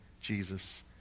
Jesus